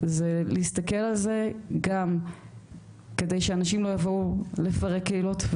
זה להסתכל על זה גם כדי שאנשים לא יבואו לפרק קהילות,